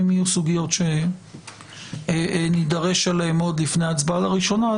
אם יהיו סוגיות שנידרש אליהן עוד לפני ההצבעה הראשונה,